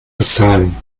bezahlen